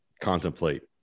contemplate